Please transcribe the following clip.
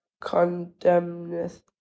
condemneth